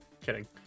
Kidding